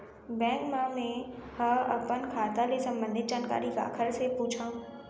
Bank मा मैं ह अपन खाता ले संबंधित जानकारी काखर से पूछव?